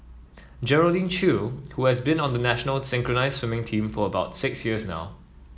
Geraldine Chew who has been on the national synchronised swimming team for about six years now